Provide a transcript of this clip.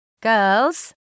Girls